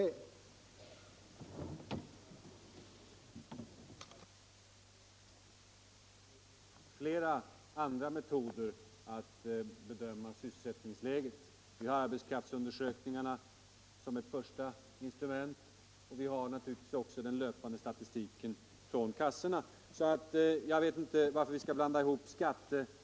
Torsdagen den : 29 maj 1975